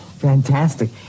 Fantastic